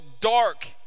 dark